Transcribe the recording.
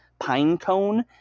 Pinecone